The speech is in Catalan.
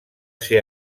ser